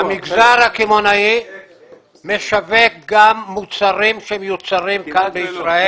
המגזר הקמעונאי משווק גם מוצרים שמיוצרים כאן בישראל.